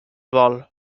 bol